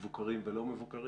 מבוקרים ולא מבוקרים.